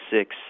six